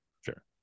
Sure